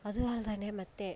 ಅದೂ ಅಲ್ಲದೇನೆ ಮತ್ತು